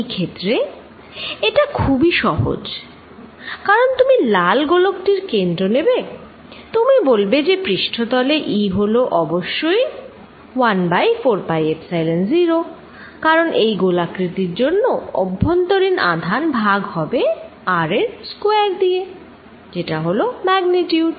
এই ক্ষেত্রে এটা খুবই সহজ কারণ তুমি লাল গোলকটির কেন্দ্র নেবে তুমি বলবে যে পৃষ্ঠতলে E হলো অবশ্যই 1 ভাগ 4 পাই এপসাইলন 0 কারণ এই গোলাকৃতির জন্যে অভ্যন্তরীণ আধান ভাগ হবে R এর স্কয়ার দিয়ে যেটা হলো ম্যাগনিচিউড